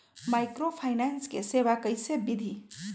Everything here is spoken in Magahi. माइक्रोफाइनेंस के सेवा कइसे विधि?